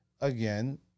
again